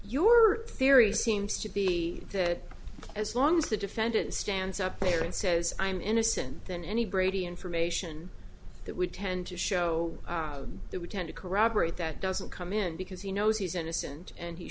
your theory seems to be that as long as the defendant stands up there and says i'm innocent than any brady information that would tend to show that would tend to corroborate that doesn't come in because he knows he's innocent and he